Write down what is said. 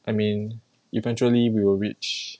I mean eventually we will reach